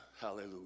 hallelujah